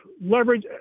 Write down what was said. leverage